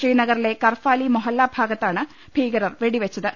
ശ്രീനഗറിലെ കർഫാലി മൊഹല്ല ഭാഗത്താണ് ഭീക രർ വെടിവെച്ചത്